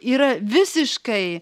yra visiškai